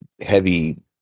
heavy